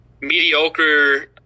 mediocre –